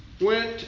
went